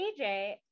aj